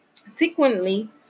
subsequently